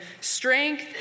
Strength